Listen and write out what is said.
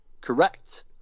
Correct